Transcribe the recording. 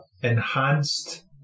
enhanced